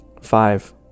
Five